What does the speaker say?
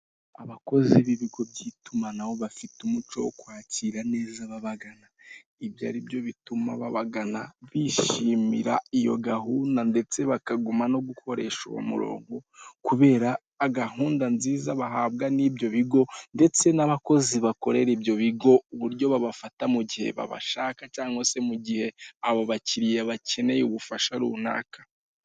Abakozi b'ibigo by'itumanaho bafite umuco wo kwakira neza ababagana. Ibyo ari byo bituma ababagana, bishimira iyo gahunda ndetse bakaguma no gukoresha uwo murongo, kubera gahunda nziza bahabwa n'ibyo bigo, ndetse n'abakozi bakorera ibyo bigo, uburyo babafata mugihe babashaka cyangwa se mu gihe aba bakiliya bakeneye ubufasha runaka.